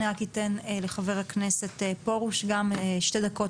אני רק אתן לח"כ פורוש גם שתי דקות.